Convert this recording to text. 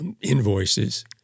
invoices